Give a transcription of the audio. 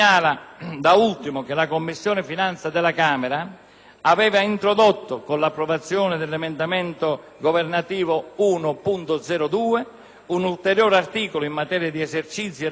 aveva introdotto - con l'approvazione dell'emendamento governativo 1.02 - un ulteriore articolo in materia di esercizio e raccolta a distanza (*on line*) dei giochi in Italia,